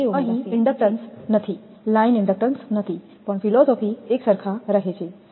અહીં ઇન્ડક્ટન્સ નથી line inductance નથી પણ ફિલસૂફી એકસરખા રહે છે